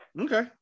Okay